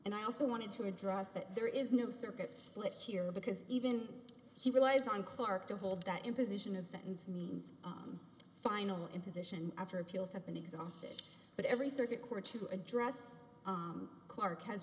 and i also wanted to address that there is no circuit split here because even he relies on clarke to hold that imposition of sentence means final imposition after appeals have been exhausted but every circuit court to address clark has